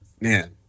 Man